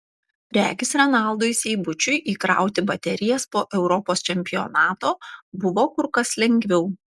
regis renaldui seibučiui įkrauti baterijas po europos čempionato buvo kur kas lengviau